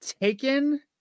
taken